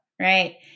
right